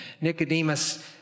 Nicodemus